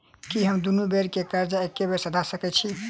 की हम दुनू बेर केँ कर्जा एके बेर सधा सकैत छी?